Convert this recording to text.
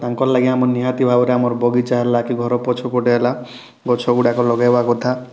ତ ତାଙ୍କର ଲାଗି ଆମର୍ ନିହାତି ଭାବରେ ଆମର ବଗିଚା ହେଲା କି ଘର ପଛପଟେ ହେଲା ଗଛ ଗୁଡ଼ାକ ଲଗେଇବା କଥା